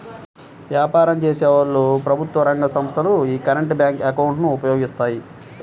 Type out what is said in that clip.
వ్యాపారం చేసేవాళ్ళు, ప్రభుత్వ రంగ సంస్ధలు యీ కరెంట్ బ్యేంకు అకౌంట్ ను ఉపయోగిస్తాయి